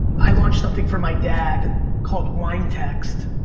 i launched something for my dad called wine text.